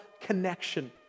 connection